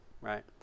right